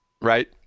right